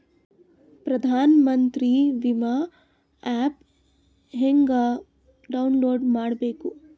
ಪ್ರಧಾನಮಂತ್ರಿ ವಿಮಾ ಆ್ಯಪ್ ಹೆಂಗ ಡೌನ್ಲೋಡ್ ಮಾಡಬೇಕು?